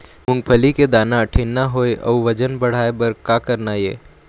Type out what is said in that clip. मूंगफली के दाना ठीन्ना होय अउ वजन बढ़ाय बर का करना ये?